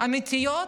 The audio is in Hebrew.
אמיתיות,